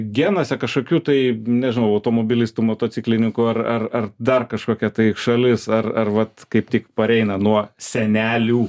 genuose kažkokių tai nežinau automobilistų motociklininkų ar ar ar dar kažkokia tai šalis ar ar vat kaip tik pareina nuo senelių